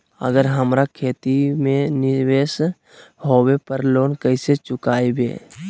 अगर हमरा खेती में निवेस होवे पर लोन कैसे चुकाइबे?